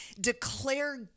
declare